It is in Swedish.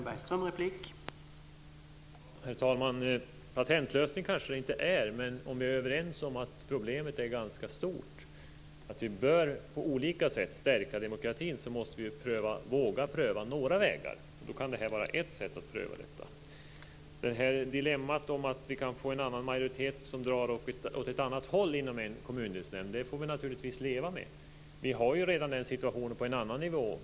Herr talman! Patentlösning kanske det inte är, men om vi är överens om att problemet är ganska stort, att vi på olika sätt bör stärka demokratin så måste vi våga pröva några vägar. Då kan det här vara ett sätt. Dilemmat att det kan bli en annan majoritet som drar åt ett annat håll inom en kommundelsnämnd får vi naturligtvis leva med. Den situationen råder ju redan på en annan nivå.